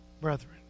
brethren